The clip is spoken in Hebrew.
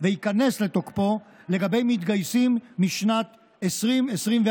וייכנס לתוקפו לגבי מתגייסים משנת 2024,